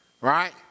right